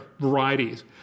varieties